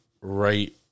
right